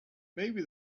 maybe